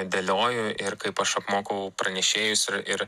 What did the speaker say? dėlioju ir kaip aš apmokau pranešėjus ir ir